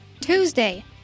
Tuesday